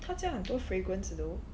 他这样很多 fragrance though